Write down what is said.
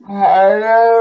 hello